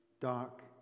dark